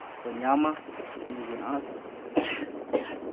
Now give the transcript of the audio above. ᱠᱚ ᱧᱟᱢᱟ ᱱᱤᱭᱟᱹᱜᱮ ᱟᱥ